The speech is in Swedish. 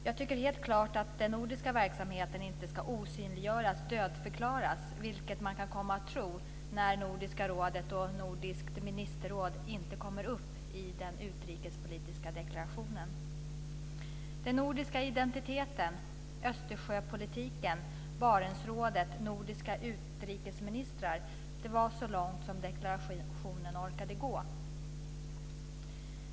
Jag tycker helt klart att den nordiska verksamheten inte ska osynliggöras eller dödförklaras, vilket man kan komma att tro när Nordiska rådet och Nordiska ministerrådet inte kommer upp i den utrikespolitiska deklarationen. Den nordiska identiteten, Östersjöpolitiken, Barentsrådet, nordiska utrikesministrar - det var så långt som deklarationen orkade gå.